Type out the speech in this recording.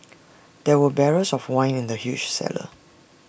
there were barrels of wine in the huge cellar